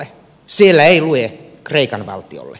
siellä ei lue kreikan valtiolle